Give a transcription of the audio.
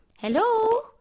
Hello